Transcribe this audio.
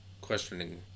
questioning